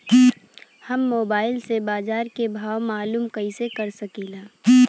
हम मोबाइल से बाजार के भाव मालूम कइसे कर सकीला?